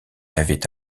avait